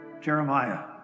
Jeremiah